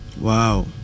Wow